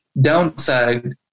downside